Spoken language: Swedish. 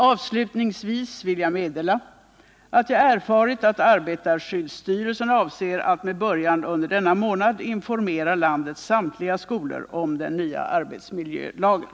Avslutningsvis vill jag meddela att jag erfarit att arbetarskyddsstyrelsen avser att med början under denna månad informera landets samtliga skolor om den nya arbetsmiljölagen.